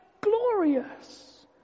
glorious